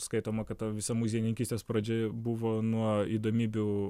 skaitoma kad ta visa muziejininkystės pradžia buvo nuo įdomybių